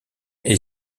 est